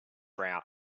route